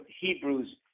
Hebrews